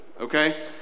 okay